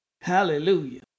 Hallelujah